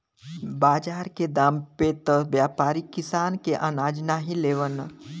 बाजार के दाम पे त व्यापारी किसान के अनाज नाहीं लेवलन